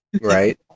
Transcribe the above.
Right